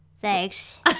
thanks